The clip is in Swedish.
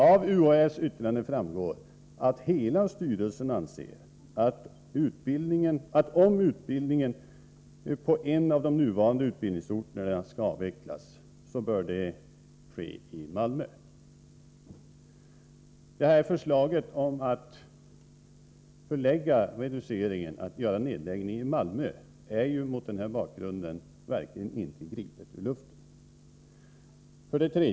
Av UHÄ:s yttrande framgår att hela styrelsen anser att om utbildningen skall avvecklas på en av de nuvarande utbildningsorterna. bör det ske i Malmö. Mot denna bakgrund är förslaget om en nedläggning i Malmö verkligen inte gripet ur luften. 3.